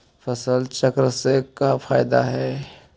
फसल चक्रण से का फ़ायदा हई?